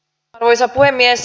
arvoisa puhemies